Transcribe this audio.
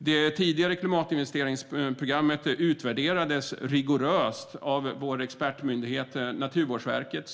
Det tidigare klimatinvesteringsprogrammet, Klimpprogrammet, som det kallades, utvärderades rigoröst av vår expertmyndighet Naturvårdsverket.